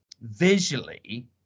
visually